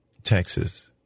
Texas